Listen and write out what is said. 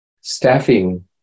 staffing